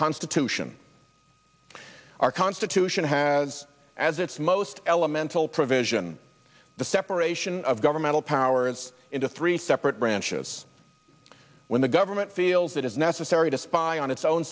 constitution our constitution has as its most elemental provision the separation of governmental powers into three separate branches when the government feels it is necessary to spy on its own